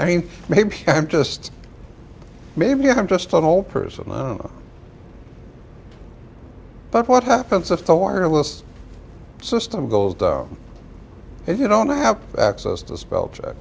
i mean maybe i'm just maybe i'm just an old person i don't know but what happens if the wireless system goes down if you don't have access to spellcheck